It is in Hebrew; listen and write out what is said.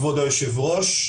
כבוד היושב-ראש,